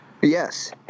Yes